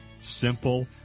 simple